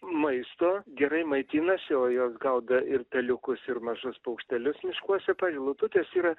maisto gerai maitinasi o jos gaudo ir peliukus ir mažus paukštelius miškuose pai lututės yra